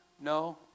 no